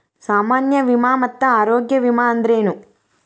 ಸಾಮಾನ್ಯ ವಿಮಾ ಮತ್ತ ಆರೋಗ್ಯ ವಿಮಾ ಅಂದ್ರೇನು?